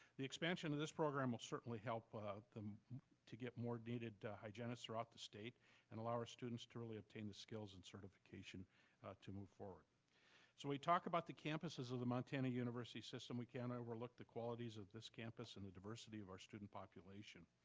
the expansion of this program will certainly help to get more needed hygienists throughout the state and allow our students to really obtain the skills and certification to move forward. so when we talked about the campuses of the montana university system, we can't overlook the qualities of this campus and the diversity of our student population.